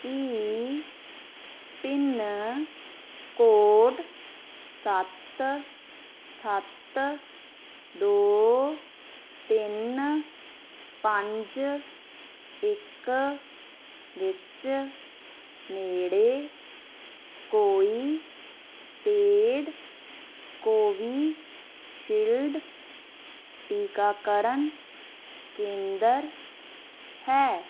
ਕੀ pin code ਸੱਤ ਸੱਤ ਦੋ ਤਿੰਨ ਪੰਜ ਇੱਕ ਵਿੱਚ ਨੇੜੇ ਕੋਈ ਪੇਡ ਕੋਵਿਸ਼ਿਲਡ ਟੀਕਾਕਰਨ ਕੇਂਦਰ ਹੈ